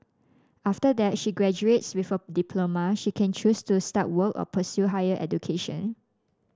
after that she graduates with a diploma she can choose to start work or pursue higher education